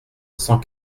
cent